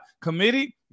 committee